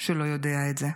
שלא יודע את זה.